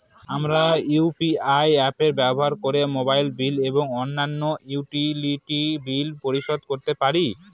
আমরা UPI apps ব্যবহার করে মোবাইল বিল এবং অন্যান্য ইউটিলিটি বিল পরিশোধ করতে পারি